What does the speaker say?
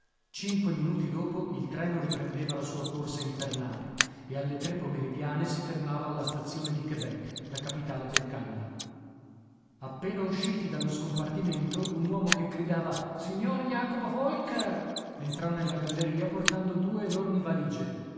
cinque minuti dopo il treno riprendeva la sua corsa infernale e alle tre pomeridiane si fermava alla stazione di quebec la capitale del canada appena usciti dallo scompartimento un uomo che gridava signor jacob holker entrò nella galleria portando due enormi valigie